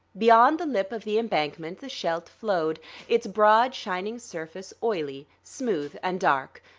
beyond the lip of the embankment, the scheldt flowed, its broad shining surface oily, smooth and dark,